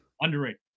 Underrated